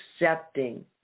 accepting